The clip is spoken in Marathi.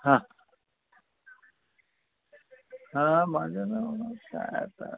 हां हां माझं नाव काय आता